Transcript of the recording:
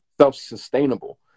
self-sustainable